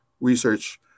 research